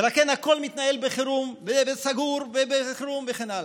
ולכן הכול מתנהל בחירום, וסגור, חירום וכן הלאה.